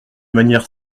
manière